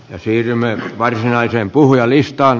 siirrymme varsinaiseen puhujalistaan